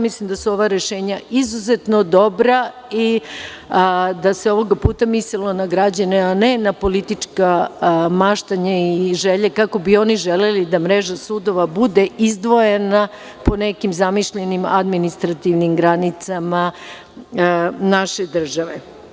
Mislim da su ova rešenja izuzetno dobra i da se ovoga puta mislilo na građane, a ne na politička maštanja i želje, kako bi oni želeli da mreža sudova bude izdvojena po nekim zamišljenim administrativnim granicama naše države.